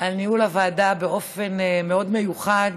על ניהול הוועדה באופן מאוד מיוחד,